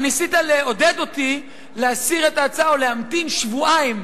ניסית לעודד אותי להסיר את ההצעה או להמתין שבועיים,